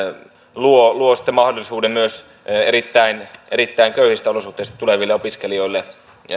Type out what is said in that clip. luo luo mahdollisuuden myös erittäin erittäin köyhistä olosuhteista tuleville opiskelijoille